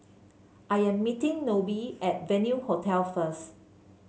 I am meeting Nobie at Venue Hotel first